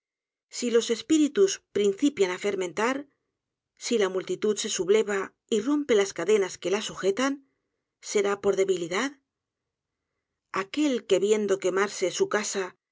si los espíritus principian á fermentar si la multitud se subleva y rompelas cadenas que la sujetan será por debilidad aquel que viendo quemarse su casa